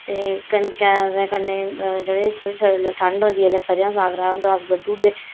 ते कनकै दे कन्नै जेह्ड़े थोह्ड़े ठंड होंदी जेल्लै सरेआं साग राहे दा होंदा अस बड्डू उड़दे